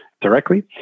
directly